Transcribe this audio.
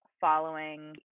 following